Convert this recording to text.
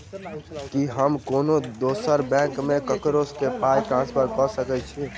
की हम कोनो दोसर बैंक सँ ककरो केँ पाई ट्रांसफर कर सकइत छि?